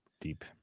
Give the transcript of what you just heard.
deep